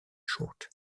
short